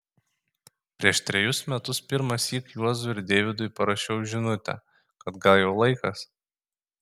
prieš trejus metus pirmąsyk juozui ir deivydui parašiau žinutę kad gal jau laikas